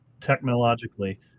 technologically